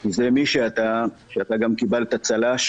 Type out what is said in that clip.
זה מי שאתה, שאתה גם קיבלת צל"ש